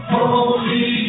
Holy